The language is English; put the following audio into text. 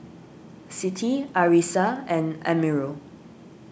Siti Arissa and Amirul